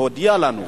והוא הודיע לנו ואמר,